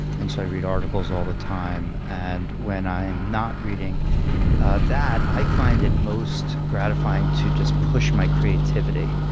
and so i read articles all the time. and when i'm not reading that, i find it most gratifying to just push my creativity,